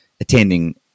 attending